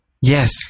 Yes